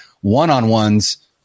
one-on-ones